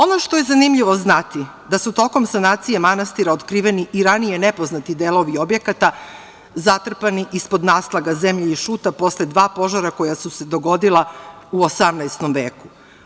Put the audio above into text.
Ono što je zanimljivo znati jeste da su tokom sanacije manastira otkriveni i ranije nepoznati delovi objekata zatrpani ispod naslaga zemlje i šuta posle dva požara koja su se dogodila u 18. veku.